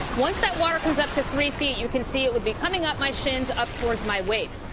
once that water comes up to three feet, you can see it would be coming up my shins, up towards my waist.